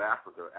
Africa